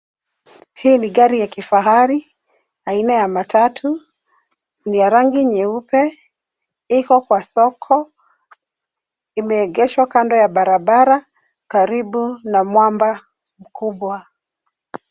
Hii ni gari ya kifahari, aina ya matatu, ni ya rangi nyeupe, iko kwa soko. Imeegeshwa kando ya barabara, karibu na mwanga mkubwa.